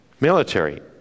Military